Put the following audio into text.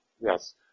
Yes